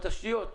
התשתיות?